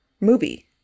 movie